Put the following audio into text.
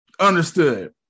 understood